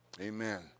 Amen